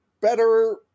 better